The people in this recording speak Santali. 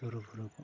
ᱥᱩᱨᱩᱼᱵᱷᱩᱨᱩ ᱠᱚᱜ ᱠᱟᱱᱟ